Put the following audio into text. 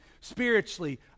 spiritually